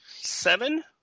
seven